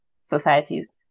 societies